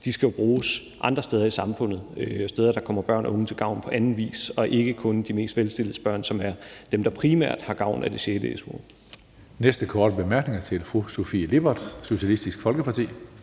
skal jo bruges andre steder i samfundet, og det er steder, der kommer børn og unge til gavn på anden vis og ikke kun de mest velstilledes børn, som er dem, der primært har gavn af det sjette su-år. Kl. 15:29 Tredje næstformand (Karsten Hønge): Næste korte bemærkning er til fru Sofie Lippert, Socialistisk Folkeparti.